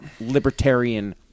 libertarian